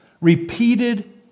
repeated